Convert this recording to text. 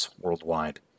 worldwide